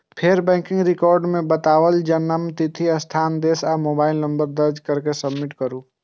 फेर bank record मे बतायल जन्मतिथि, स्थान, देश आ मोबाइल नंबर दर्ज कैर के सबमिट करू